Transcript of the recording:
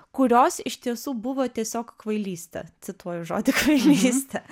kurios iš tiesų buvo tiesiog kvailystė cituoju žodį kvailystė